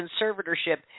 conservatorship